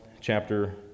chapter